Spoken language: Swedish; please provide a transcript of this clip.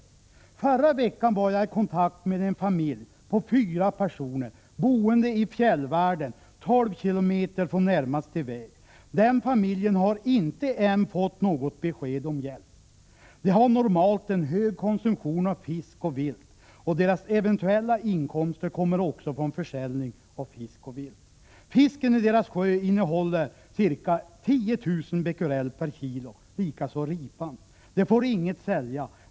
I förra veckan var jag i kontakt med en familj på fyra personer som bor i fjällvärlden, 12 kilometer från närmaste väg. Den familjen har inte fått något besked om hjälp ännu. De har normalt en hög konsumtion av fisk och vilt, och deras eventuella inkomster kommer också från försäljning av dessa produkter. Fisken i deras sjö innehåller ca 10 000 becquerel per kilo. Så är också fallet med ripan. De får ingenting sälja.